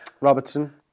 Robertson